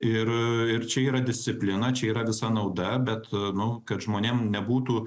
ir čia yra disciplina čia yra visa nauda bet nu kad žmonėms nebūtų